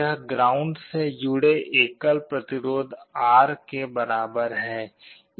यह ग्राउंड से जुड़े एकल प्रतिरोध R के बराबर है